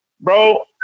Bro